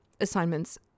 assignments